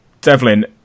Devlin